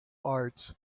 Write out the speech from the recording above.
arts